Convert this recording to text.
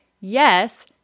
yes